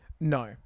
No